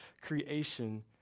creation